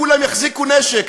שכולם יחזיקו נשק.